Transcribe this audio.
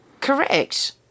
Correct